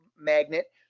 Magnet